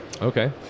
Okay